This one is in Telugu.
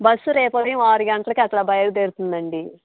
బస్ రేపు ఉదయం ఆరు గంటలకు అట్ల బయలుదేరుతుందండి